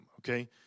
okay